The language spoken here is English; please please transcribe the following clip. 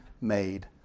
made